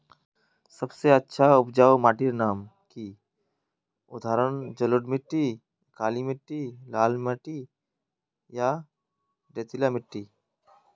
सबसे अच्छा उपजाऊ माटिर नाम की उदाहरण जलोढ़ मिट्टी, काली मिटटी, लाल मिटटी या रेतीला मिट्टी?